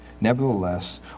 Nevertheless